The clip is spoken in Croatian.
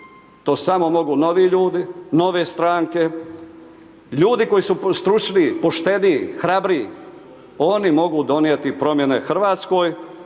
to samo mogu novi ljudi, nove stranke. Ljudi koji su stručniji, pošteniji, hrabriji, oni mogu donijeti promjene RH i zato